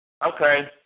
Okay